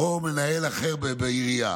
או מנהל אחר בעירייה